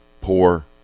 poor